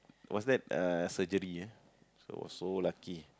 what's that uh surgery ah so so lucky